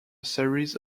series